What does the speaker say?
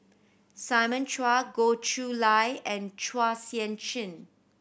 Simon Chua Goh Chiew Lye and Chua Sian Chin